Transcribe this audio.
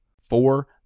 four